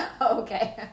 Okay